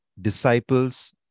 disciples